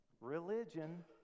religion